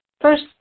first